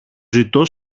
ζητώ